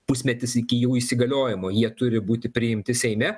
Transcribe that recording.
pusmetis iki jų įsigaliojimo jie turi būti priimti seime